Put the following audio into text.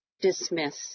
dismiss